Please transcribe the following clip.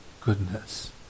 goodness